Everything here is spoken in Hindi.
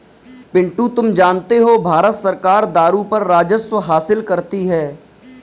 पिंटू तुम जानते हो भारत सरकार दारू पर राजस्व हासिल करती है